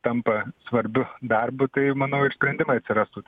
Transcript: tampa svarbiu darbu tai manau ir sprendimai atsirastų